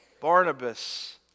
Barnabas